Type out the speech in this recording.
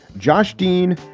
josh dean,